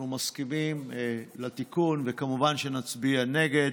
אנחנו מסכימים לתיקון, וכמובן שנצביע נגד,